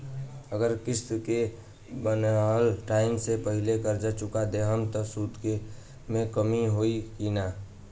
अगर किश्त के बनहाएल टाइम से पहिले कर्जा चुका दहम त सूद मे कमी होई की ना?